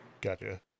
Gotcha